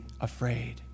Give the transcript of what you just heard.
afraid